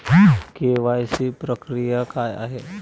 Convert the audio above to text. KYC प्रक्रिया काय आहे?